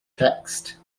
text